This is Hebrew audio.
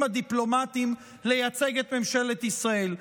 הדיפלומטים לייצג את ממשלת ישראל,